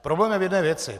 Problém je v jedné věci.